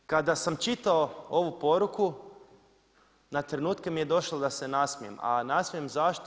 Kada sam čitao ovu poruku, na trenutke mi je došlo da se nasmijem, a nasmijem zašto?